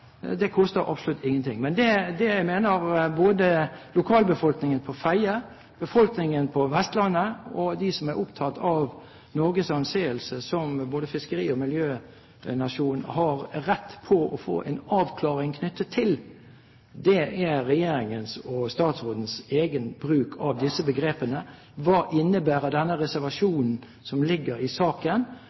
jeg mener både lokalbefolkningen på Fedje, befolkningen på Vestlandet og de som er opptatt av Norges anseelse som fiskeri- og miljønasjon, har rett til å få en avklaring av, er regjeringens og statsrådens egen bruk av disse begrepene. Hva innebærer denne reservasjonen som ligger i saken,